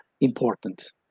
important